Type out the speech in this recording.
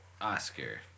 Oscar